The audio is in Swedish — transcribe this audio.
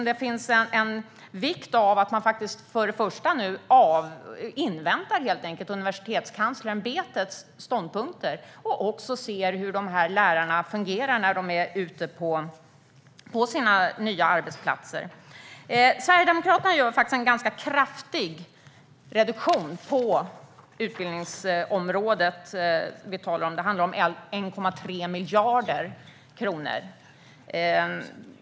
Det finns en poäng i att till att börja med invänta Universitetskanslersämbetets synpunkter och i att titta på hur de nya lärarna fungerar ute på sina nya arbetsplatser. Sverigedemokraterna gör en ganska kraftig reduktion på utbildningsområdet. Det handlar om 1,3 miljarder kronor.